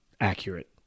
accurate